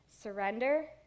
surrender